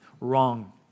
Wrong